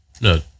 no